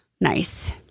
nice